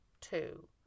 two